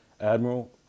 admiral